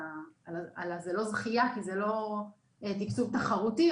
זו לא זכייה כי זה לא תקצוב תחרותי.